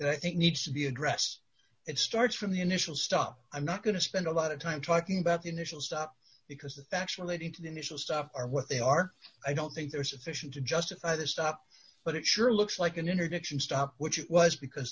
i think needs to be addressed it starts from the initial stop i'm not going to spend a lot of time talking about the initial stuff because the actual leading to the initial stuff are what they are i don't think they're sufficient to justify the stop but it sure looks like an interdiction stop which it was because